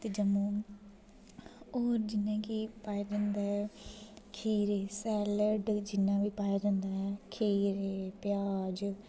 ते जम्मू होर जि'न्ने की पाए जंदे खीरे सैलड जि'न्ना बी पाया जंदा ऐ खीरे प्याज़